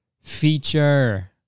feature